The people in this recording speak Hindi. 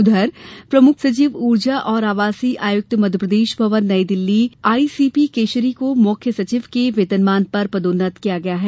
उधर प्रमुख सचिव ऊर्जा और आवासीय आयुक्त Madhya Pradesh Bhawan New Delhi I C P Keshari को मुख्य सचिव के वेतनमान पर पदोन्नत किया गया है